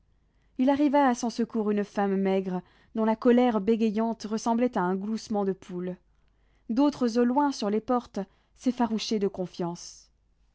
il arriva à son secours une femme maigre dont la colère bégayante ressemblait à un gloussement de poule d'autres au loin sur les portes s'effarouchaient de confiance